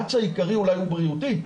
המאמץ העיקרי אולי הוא בריאותי,